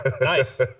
Nice